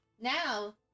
now